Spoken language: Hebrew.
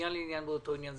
מעניין לעניין באותו עניין.